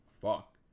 fuck